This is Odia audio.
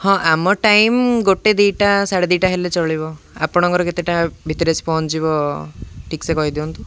ହଁ ଆମ ଟାଇମ୍ ଗୋଟେ ଦୁଇଟା ସାଢ଼େ ଦୁଇଟା ହେଲେ ଚଳିବ ଆପଣଙ୍କର କେତେଟା ଭିତରେ ଆସି ପହଞ୍ଚିଯିବ ଠିକ୍ସେ କହିଦିଅନ୍ତୁ